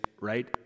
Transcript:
right